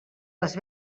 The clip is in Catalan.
les